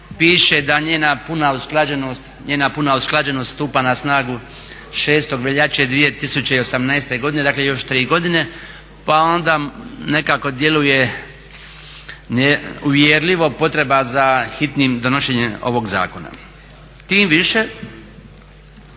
njena puna usklađenost stupa na snagu 6. veljače 2018. godine, dakle još 3 godine pa onda nekako djeluje neuvjerljivo potreba za hitnim donošenjem ovog zakona. Tim više